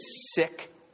sick